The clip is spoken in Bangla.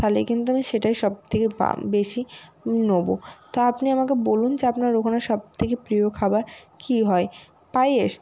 তাহলে কিন্তু আমি সেটাই সবথেকে বেশি নেবো তো আপনি আমাকে বলুন যে আপনার ওখানে সবথেকে প্রিয় খাবার কী হয় পায়েস